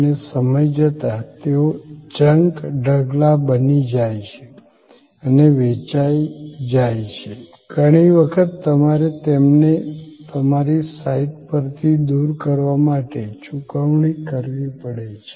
અને સમય જતાં તેઓ જંક ઢગલા બની જાય છે અને વેચાઈ જાય છે ઘણી વખત તમારે તેમને તમારી સાઇટ પરથી દૂર કરવા માટે ચૂકવણી કરવી પડે છે